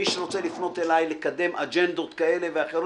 מי שרוצה לפנות אליי לקדם אג'נדות כאלה ואחרות,